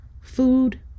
food